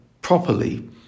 properly